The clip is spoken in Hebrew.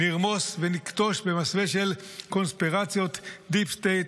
נרמוס ונכתוש במסווה של קונספירציות דיפ-סטייט